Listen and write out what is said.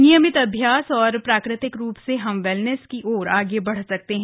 नियमित अभ्यास और प्राकृतिक रूप से हम वेलनेस की ओर आगे बढ़ सकते हैं